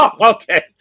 Okay